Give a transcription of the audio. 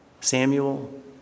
Samuel